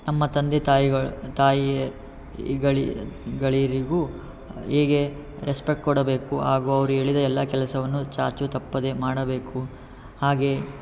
ನಮ್ಮ ತಂದೆ ತಾಯಿಗಳು ತಾಯಿ ಹೇಗೆ ರೆಸ್ಪೆಕ್ಟ್ ಕೊಡಬೇಕು ಹಾಗು ಅವ್ರು ಹೇಳಿದ ಎಲ್ಲಾ ಕೆಲಸವನ್ನು ಚಾಚೂ ತಪ್ಪದೆ ಮಾಡಬೇಕು ಹಾಗೆ